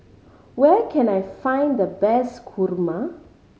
where can I find the best kurma